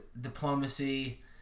diplomacy